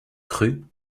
crues